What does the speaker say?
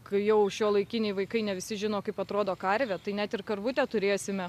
kai jau šiuolaikiniai vaikai ne visi žino kaip atrodo karvė tai net ir karvutę turėsime